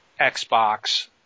Xbox